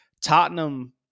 Tottenham